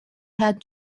had